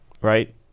Right